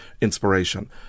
inspiration